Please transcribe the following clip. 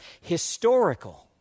historical